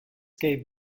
gave